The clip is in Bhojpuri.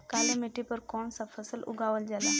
काली मिट्टी पर कौन सा फ़सल उगावल जाला?